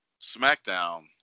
SmackDown